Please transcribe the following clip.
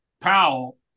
Powell